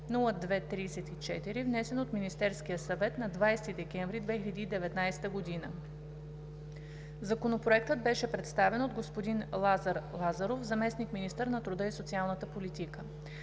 902-02-34, внесен от Министерския съвет на 20 декември 2019 г. Законопроектът беше представен от господин Лазар Лазаров – заместник-министър на труда и социалната политика.